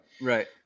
Right